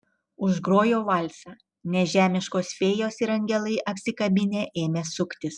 užgrojo valsą nežemiškos fėjos ir angelai apsikabinę ėmė suktis